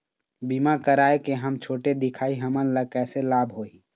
बीमा कराए के हम छोटे दिखाही हमन ला कैसे लाभ होही?